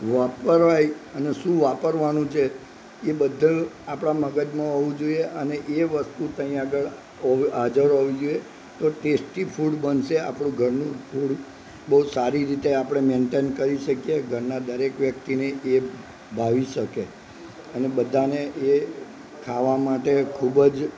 વપરાય અને શું વાપરવાનું છે એ બધુ આપણાં મગજમાં હોવું જોઈએ અને એ વસ્તુ ત્યાં આગળ હાજર હોવી જોઈએ તો ટેસ્ટી ફૂડ બનશે આપણું ઘરનું ફૂડ બહુ સારી રીતે આપણે મેન્ટેન કરી શકીએ ઘરના દરેક વ્યક્તિને એ ભાવી શકે અને બધાને એ ખાવા માટે ખૂબ જ